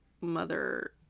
mother